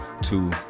two